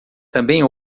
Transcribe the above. também